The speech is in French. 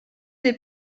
des